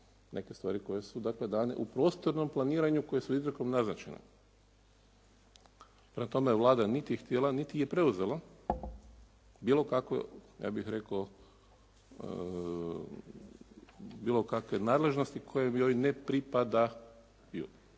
neke stvari koje su dane u prostornom planiranju koje su izrijekom naznačene. Prema tome, Vlada niti je htjela niti je preuzela bilo kakve ja bih rekao nadležnosti koje joj ne pripadaju.